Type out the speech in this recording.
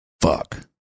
fuck